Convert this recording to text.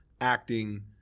acting